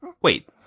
wait